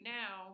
now